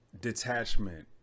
detachment